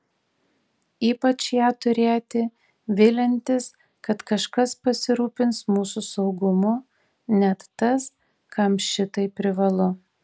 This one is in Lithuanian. ypač ją turėti viliantis kad kažkas pasirūpins mūsų saugumu net tas kam šitai privalu